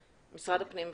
משרד הפנים בבקשה,